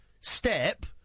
step